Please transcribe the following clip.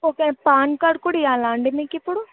okay PAN card కూడా ఇవ్వాలా అండి మీకు ఇప్పుడు